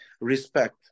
Respect